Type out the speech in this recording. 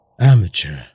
Amateur